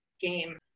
game